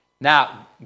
Now